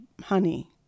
honey